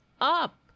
up